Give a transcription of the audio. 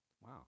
Wow